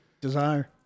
Desire